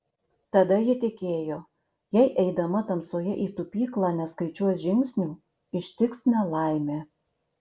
tada ji tikėjo jei eidama tamsoje į tupyklą neskaičiuos žingsnių ištiks nelaimė